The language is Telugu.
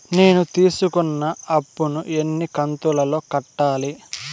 నేను తీసుకున్న అప్పు ను ఎన్ని కంతులలో కట్టాలి?